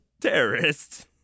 terrorist